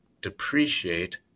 depreciate